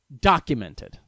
documented